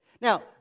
Now